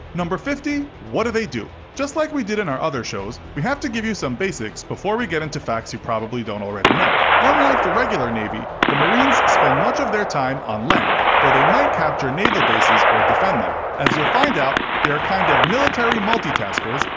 fifty. what do they do? just like we did in our other shows, we have to give you some basics before we get into facts you probably don't already know. unlike the regular navy, the marines spend much of their time on land, though they might capture naval bases or defend them. as you'll find out, they are kind of military multi-taskers,